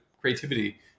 creativity